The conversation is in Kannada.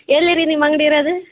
ಎಲ್ಲಿ ರೀ ನಿಮ್ಮ ಅಂಗಡಿ ಇರೋದು